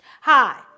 Hi